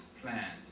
Plan